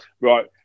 Right